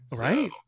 right